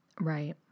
Right